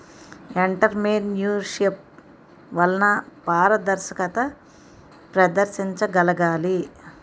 entrepreneurship వలన పారదర్శకత ప్రదర్శించగలగాలి